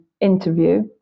interview